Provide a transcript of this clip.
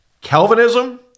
Calvinism